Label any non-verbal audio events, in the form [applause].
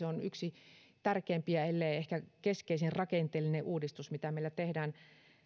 [unintelligible] on yksi tärkeimpiä ellei ehkä keskeisin rakenteellinen uudistus mitä meillä tehdään